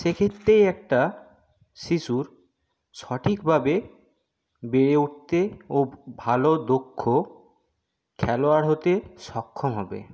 সেক্ষেত্রেই একটা শিশুর সঠিকভাবে বেড়ে উঠতে ও ভালো দক্ষ খেলোয়াড় হতে সক্ষম হবে